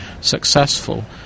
successful